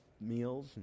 meals